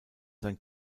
sein